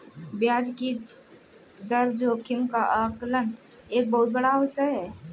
ब्याज दर जोखिम का आकलन एक बहुत बड़ा विषय है